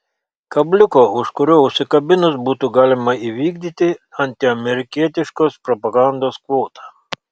kabliuko už kurio užsikabinus būtų galima įvykdyti antiamerikietiškos propagandos kvotą